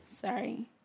sorry